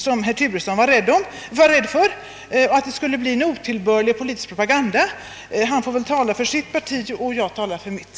Herr Turesson var rädd för att det skulle bedrivas en otillbörlig propaganda, men han får väl tala för sitt parti; jag talar för mitt.